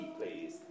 please